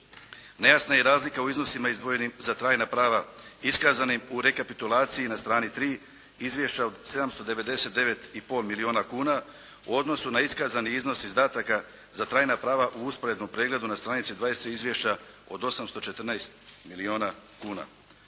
Nejasna je i razlika u iznosima izdvojenim za trajna prava iskazanim u rekapitulaciji na strani 3 izvješća od 799 i pol milijuna kuna, u odnosu na iskazani iznos izdataka za trajna prava u usporednom pregledu na stranici 23 izvješća od 814 milijuna kuna.